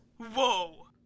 Whoa